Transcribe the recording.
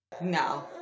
no